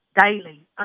daily